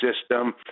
system